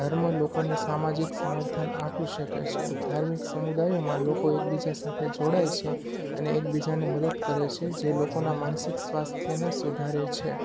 ધર્મ લોકોને સામાજિક સમર્થન આપી શકે છે ધાર્મિક સમુદાયોમાં લોકો એકબીજા સાથે જોડાય છે અને એકબીજાને મદદ કરે છે જે લોકોનાં માનસિક સ્વાસ્થ્યને સુધારે છે